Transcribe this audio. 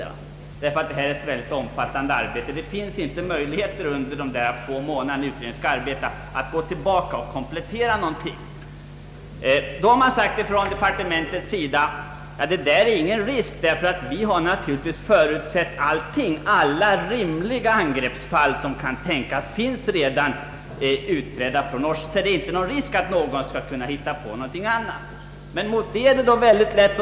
Det är ett mycket omfattande arbete, och det finns inte möjligheter att under de få månader utredningen skall arbeta gå tillbaka och komplettera någonting. Departementet har sagt att det inte är någon risk därför att man har naturligtvis förutsatt allt. Alla rimliga angreppsfall som kan tänkas är redan utredda, så det är ingen risk att någon skall kunna hitta på något annat angreppsfall med rimlighet.